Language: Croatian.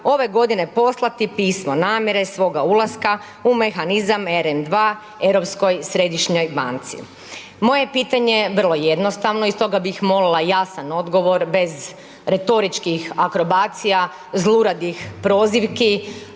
ove godine poslati pismo namjere svoga ulaska u mehanizam RN2, Europskoj središnjoj banci. Moje pitanje je vrlo jednostavno i stoga bih molila jasan odgovor bez retoričkih akrobacija, zluradih prozivki